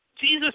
Jesus